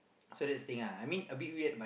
so that's the thing ah I mean a bit weird but